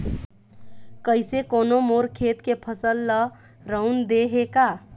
कइसे कोनो मोर खेत के फसल ल रंउद दे हे का?